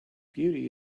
beauty